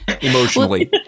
emotionally